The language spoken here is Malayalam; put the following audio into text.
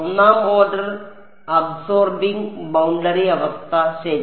ഒന്നാം ഓർഡർ അബ്സോർബിംഗ് ബൌണ്ടറി അവസ്ഥ ശരി